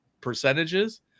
percentages